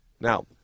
Now